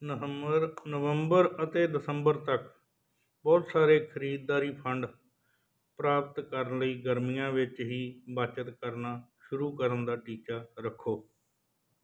ਨਹੰਮਰ ਨਵੰਬਰ ਅਤੇ ਦਸੰਬਰ ਤੱਕ ਬਹੁਤ ਸਾਰੇ ਖ਼ਰੀਦਦਾਰੀ ਫੰਡ ਪ੍ਰਾਪਤ ਕਰਨ ਲਈ ਗਰਮੀਆਂ ਵਿੱਚ ਹੀ ਬੱਚਤ ਕਰਨਾ ਸ਼ੁਰੂ ਕਰਨ ਦਾ ਟੀਚਾ ਰੱਖੋ